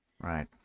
Right